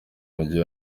mujyi